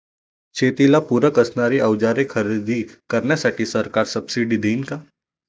शेतीला पूरक असणारी अवजारे खरेदी करण्यासाठी सरकार सब्सिडी देईन का?